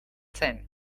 zen